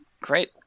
Great